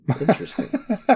Interesting